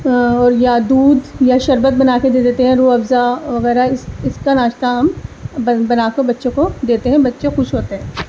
اور یا دودھ یا شربت بنا کے دے دیتے ہیں روح افزا وغیرہ اس اس کا ناشتہ ہم بنا کے بچوں کو دیتے ہیں بچے خوش ہوتے ہیں